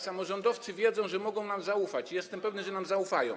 Samorządowcy wiedzą, że mogą nam zaufać i jestem pewny, że nam zaufają.